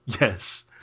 Yes